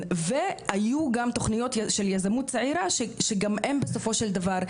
והיו גם תוכניות של יזמות צעירה שגם הם בסופו של דבר,